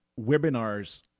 webinars